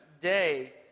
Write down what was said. day